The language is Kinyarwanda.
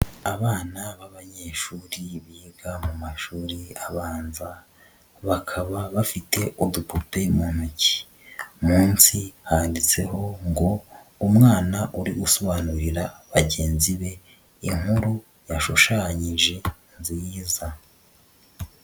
Abana b'abanyeshuri biga mu mashuri abanza, bakaba bafite udupupe mu ntoki, munsi handitseho ngo umwana uri gusobanurira bagenzi be inkuru yashushanyije nziza.